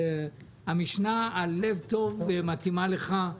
המשנה על לב טוב מתאימה לך.